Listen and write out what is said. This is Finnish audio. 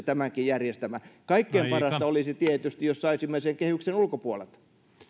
tämänkin järjestelmään kaikkein parasta olisi tietysti jos saisimme sen kehyksen ulkopuolelta